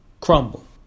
crumble